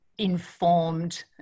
informed